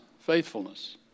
Faithfulness